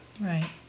Right